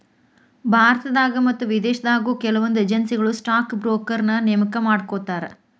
ಭಾರತದಾಗ ಮತ್ತ ವಿದೇಶದಾಗು ಕೆಲವೊಂದ್ ಏಜೆನ್ಸಿಗಳು ಸ್ಟಾಕ್ ಬ್ರೋಕರ್ನ ನೇಮಕಾ ಮಾಡ್ಕೋತಾರ